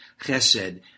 Chesed